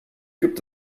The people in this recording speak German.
gibt